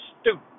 stupid